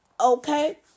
Okay